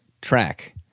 track